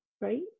right